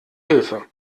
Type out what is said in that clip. hilfe